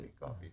coffee